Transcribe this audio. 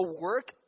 work